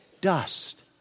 dust